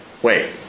Wait